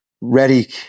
ready